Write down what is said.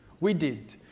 we did.